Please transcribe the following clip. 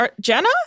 Jenna